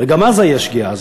וגם אז זו הייתה שגיאה.